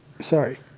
sorry